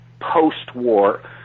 post-war